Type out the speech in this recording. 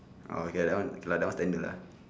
oh okay that one that one standard lah